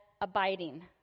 abiding